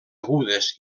agudes